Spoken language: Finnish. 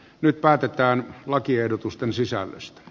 nyt päätetään lakiehdotusten sisällöstä